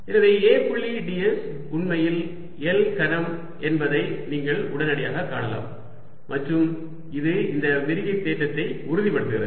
எனவே A புள்ளி ds உண்மையில் L கனம் என்பதை நீங்கள் உடனடியாகக் காணலாம் மற்றும் இது இந்த விரிகை தேற்றத்தை உறுதிப்படுத்துகிறது